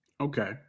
Okay